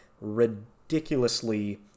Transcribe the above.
ridiculously